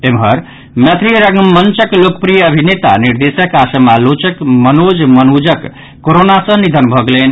एम्हर मैथिली रंगमंचक लोकप्रिय अभिनेता निर्देशक आ समालोचक मनोज मनुजक कोरोना सॅ निधन भऽ गेलनि